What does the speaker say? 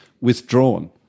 withdrawn